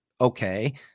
okay